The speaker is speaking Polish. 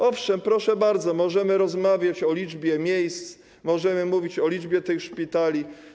Owszem, proszę bardzo, możemy rozmawiać o liczbie miejsc, możemy mówić o liczbie tych szpitali.